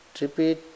repeat